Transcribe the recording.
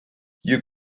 you